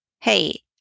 hey